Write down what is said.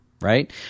right